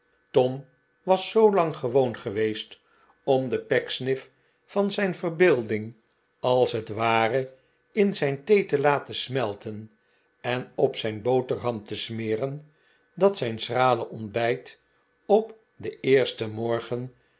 tom was zoolang gewoon geweest om den pecksniff van zijn verbeelding als het ware in zijn thee te laten smelten en op zijn boterham te smeren dat zijn schrale ontbijt op den eersten morgen